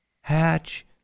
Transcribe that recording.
Hatch